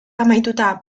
amaituta